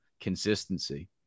consistency